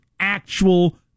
actual